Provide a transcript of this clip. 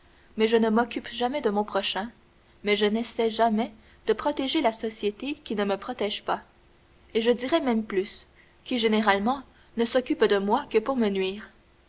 mais je ne m'occupe jamais de mon prochain mais je n'essaye jamais de protéger la société qui ne me protège pas et je dirai même plus qui généralement ne s'occupe de moi que pour me nuire